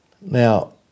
Now